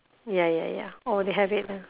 ya ya ya orh they have it there